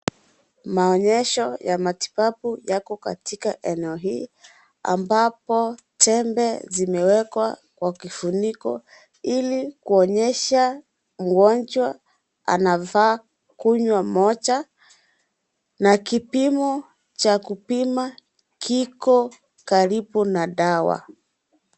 Maonyesho ya matibabu yako katika eneo hii, ambapo tembe zimewekwa kwa kifuniko, ili kuonyesha mgonjwa anafaa kukunywa moja, na kipimo cha kupima kiko karibu na dawa.